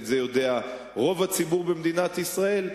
את זה יודע רוב הציבור במדינת ישראל,